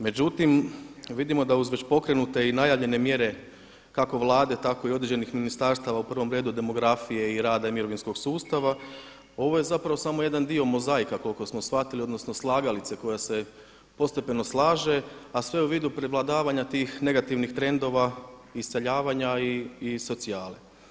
Međutim, vidimo da uz već pokrenute i najavljene mjere kako Vlade, tako i određenih ministarstava u prvom redu demografije i rada i mirovinskog sustava ovo je zapravo samo jedan dio mozaika koliko smo shvatili, odnosno slagalice koja se postepeno slaže, a sve u vidu prevladavanja tih negativnih trendova iseljavanja i socijale.